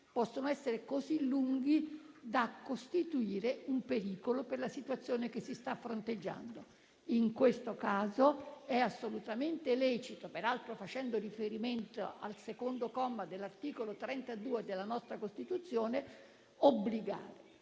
possono essere così lunghi da costituire un pericolo per la situazione che si sta fronteggiando. In questo caso è assolutamente lecito obbligare, peraltro facendo riferimento al secondo comma dell'articolo 32 della Costituzione. Nel caso